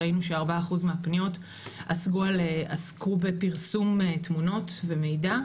ראינו ש- 4% מהפניות עסקו בפרסום תמונות ומידע,